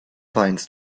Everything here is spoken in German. weinst